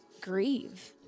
grieve